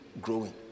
growing